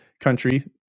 country